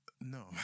No